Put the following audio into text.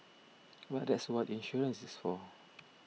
but that's what insurance is for